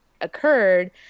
occurred